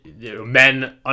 men